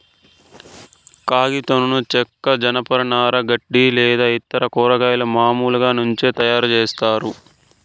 కాగితంను చెక్క, జనపనార, గడ్డి లేదా ఇతర కూరగాయల మూలాల నుంచి తయారుచేస్తారు